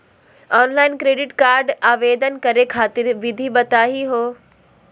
Online credit card आवेदन करे खातिर विधि बताही हो?